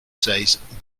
says